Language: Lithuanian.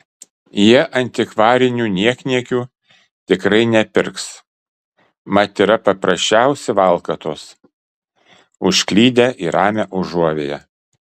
jie antikvarinių niekniekių tikrai nepirks mat yra paprasčiausi valkatos užklydę į ramią užuovėją